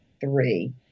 three